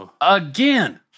again